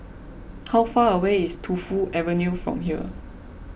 how far away is Tu Fu Avenue from here